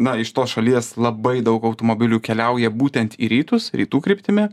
na iš tos šalies labai daug automobilių keliauja būtent į rytus rytų kryptimi